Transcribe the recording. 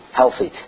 healthy